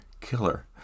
killer